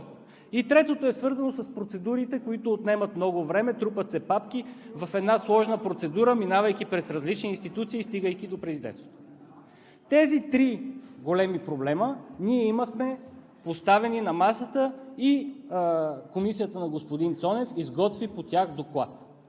Третата е свързана с процедурите, които отнемат много време, трупат се папки в една сложна процедура, минавайки през различни институции и стигайки до Президентството. Тези три големи проблема ние имахме поставени на масата и Комисията на господин Цонев изготви Доклад